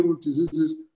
diseases